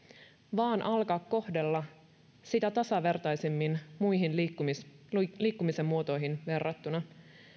vaan alkaa kohdella sitä tasavertaisemmin muihin liikkumisen liikkumisen muotoihin verrattuna